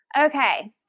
Okay